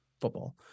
football